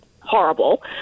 horrible